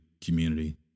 community